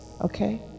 okay